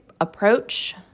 approach